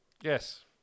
Yes